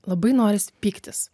labai norisi pyktis